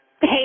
Hey